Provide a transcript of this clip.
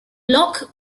locke